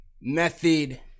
method